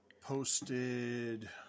posted